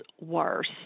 worse